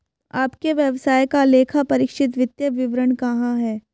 आपके व्यवसाय का लेखापरीक्षित वित्तीय विवरण कहाँ है?